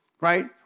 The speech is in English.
Right